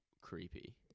creepy